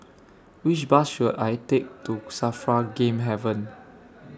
Which Bus should I Take to SAFRA Game Haven